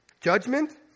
judgment